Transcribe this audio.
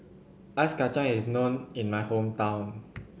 Ice Kachang is known in my hometown